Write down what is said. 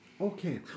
Okay